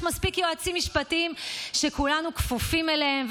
יש מספיק יועצים משפטיים שכולנו כפופים אליהם,